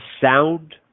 sound